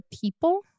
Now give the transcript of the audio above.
people